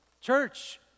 Church